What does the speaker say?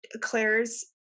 claire's